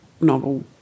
novel